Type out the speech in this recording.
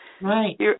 Right